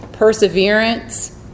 Perseverance